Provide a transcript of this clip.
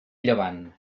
llevant